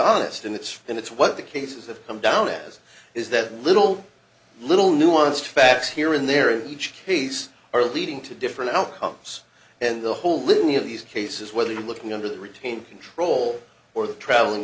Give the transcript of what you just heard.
honest and it's been it's what the cases have come down as is that little little nuanced facts here in there in each case are leading to different outcomes and the whole litany of these cases whether you're looking under the retain control or the traveling